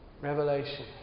revelation